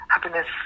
Happiness